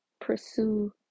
pursue